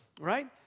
Right